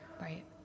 Right